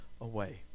away